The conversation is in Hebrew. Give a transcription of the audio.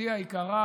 אחותי היקרה